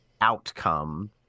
outcome